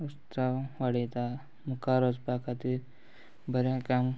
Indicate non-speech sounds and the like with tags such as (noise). (unintelligible) मुखां वाडयता मुखार वचपा खातीर बरें काम